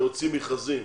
להוציא מכרזים,